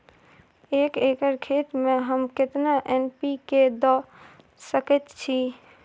एक एकर खेत में हम केतना एन.पी.के द सकेत छी?